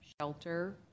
shelter